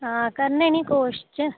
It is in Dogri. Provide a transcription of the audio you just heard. हां करने निं कोशिश